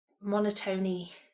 monotony